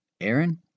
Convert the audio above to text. Aaron